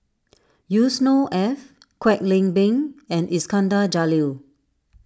Yusnor Ef Kwek Leng Beng and Iskandar Jalil